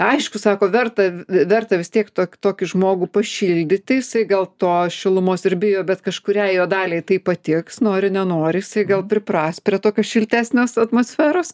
aišku sako verta verta vis tiek to tokį žmogų pašildyti jisai gal to šilumos ir bijo bet kažkuriai jo daliai tai patiks nori nenori jisai gal pripras prie tokios šiltesnės atmosferos